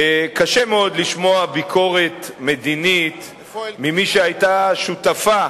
קשה מאוד לשמוע ביקורת מדינית ממי שהיתה שותפה